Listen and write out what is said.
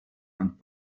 und